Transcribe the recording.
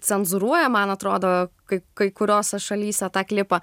cenzūruoja man atrodo kai kai kuriose šalyse tą klipą